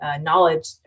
knowledge